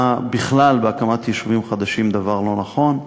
בכלל בהקמת יישובים חדשים דבר לא נכון.